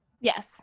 yes